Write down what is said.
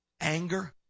anger